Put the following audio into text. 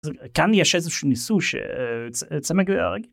כאן יש איזה שהוא ניסוי שיוצא מגדר הרגיל.